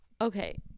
okay